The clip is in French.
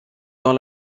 dans